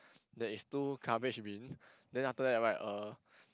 there is two garbage bin then after that right uh